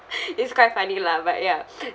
it's quite funny lah but ya